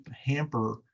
hamper